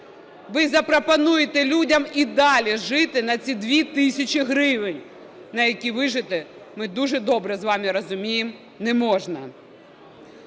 Ви запропонуєте людям і далі жити на ці 2 тисячі гривень, на які вижити, ми дуже добре з вами розуміємо, не можна.